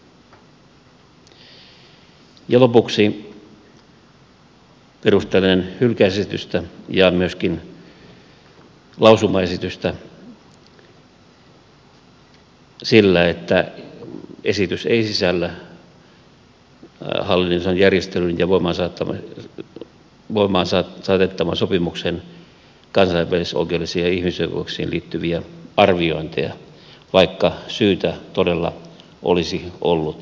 lopuksi perustelen hylkäysesitystä ja myöskin lausumaesitystä sillä että esitys ei sisällä hallinnollisen järjestelyn ja voimaan saatettavan sopimuksen kansainvälisoikeudellisia ja ihmisoikeuksiin liittyviä arviointeja vaikka syytä todella olisi ollut